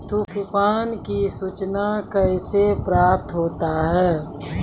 तुफान की सुचना कैसे प्राप्त होता हैं?